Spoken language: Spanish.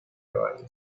caballo